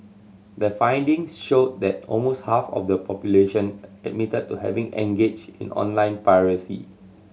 the findings show that almost half of the population admitted to having engaged in online piracy